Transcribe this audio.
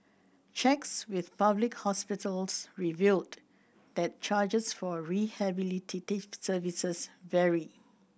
checks with public hospitals revealed that charges for a rehabilitative services vary